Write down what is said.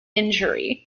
injury